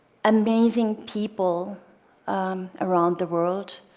amazing people around the world,